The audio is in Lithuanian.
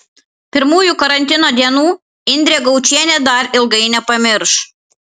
pirmųjų karantino dienų indrė gaučienė dar ilgai nepamirš